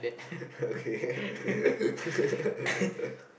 okay ppl